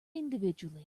individually